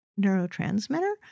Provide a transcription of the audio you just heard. neurotransmitter